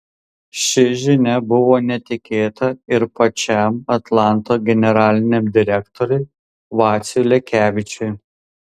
ši žinia buvo netikėta ir pačiam atlanto generaliniam direktoriui vaciui lekevičiui